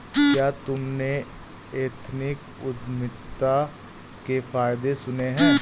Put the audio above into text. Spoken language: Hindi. क्या तुमने एथनिक उद्यमिता के फायदे सुने हैं?